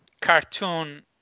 cartoon